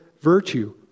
virtue